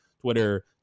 Twitter